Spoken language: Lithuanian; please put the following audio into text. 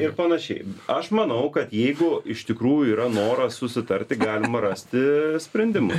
ir panašiai aš manau kad jeigu iš tikrųjų yra noras susitarti galima rasti sprendimus